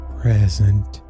present